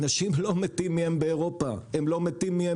אנשים לא מתים מהם באירופה או באמריקה